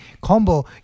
combo